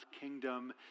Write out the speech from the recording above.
kingdom